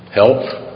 health